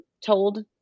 told